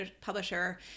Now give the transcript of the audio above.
publisher